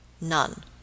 None